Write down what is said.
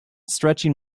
stretching